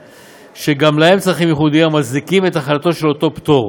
שגם להם צרכים ייחודיים המצדיקים את החלתו של אותו פטור.